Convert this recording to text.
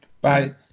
Bye